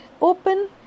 open